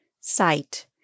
Sight